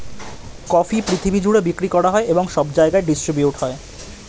coffee পৃথিবী জুড়ে বিক্রি করা হয় এবং সব জায়গায় ডিস্ট্রিবিউট হয়